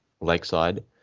Lakeside